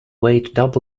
weight